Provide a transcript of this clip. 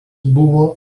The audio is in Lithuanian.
buvo